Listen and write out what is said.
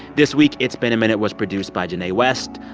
this week it's been a minute was produced by jinae west,